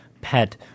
pet